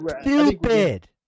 stupid